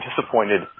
disappointed